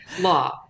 law